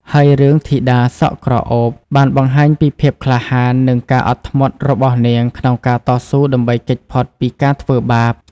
ហើយរឿង ធីតាសក់ក្រអូប បានបង្ហាញពីភាពក្លាហាន និងការអត់ធ្មត់របស់នាងក្នុងការតស៊ូដើម្បីគេចផុតពីការធ្វើបាប។